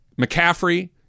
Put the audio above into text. McCaffrey